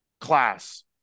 class